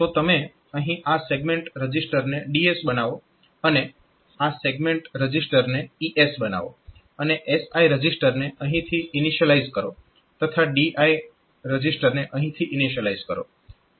તો તમે અહીં આ સેગમેન્ટ રજીસ્ટરને DS બનાવો અને આ સેગમેન્ટ રજીસ્ટરને ES બનાવો અને SI રજીસ્ટરને અહીંથી ઇનિશિયલાઈઝ કરો તથા DI રજીસ્ટરને અહીંથી ઇનિશિયલાઈઝ કરો